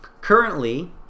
Currently